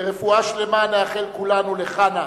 ורפואה שלמה נאחל כולנו לחנה,